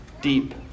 deep